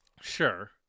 sure